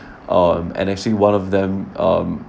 um and actually one of them um